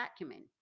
vacuuming